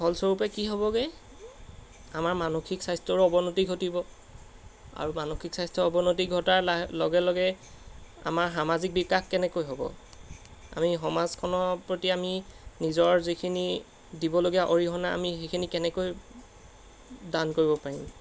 ফলস্বৰূপে কি হ'বগৈ আমাৰ মানসিক স্বাস্থ্যৰো অৱনতি ঘটিব আৰু মানসিক স্বাস্থ্যৰ অৱনতি ঘটাৰ লা লগে লগে আমাৰ সামাজিক বিকাশ কেনেকৈ হ'ব আমি সমাজখনৰ প্ৰতি আমি নিজৰ যিখিনি দিবলগীয়া অৰিহণা আমি সেইখিনি কেনেকৈ দান কৰিব পাৰিম